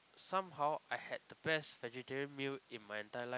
somehow I had the best vegetarian meal in my entire life